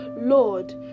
lord